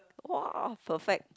!wow! perfect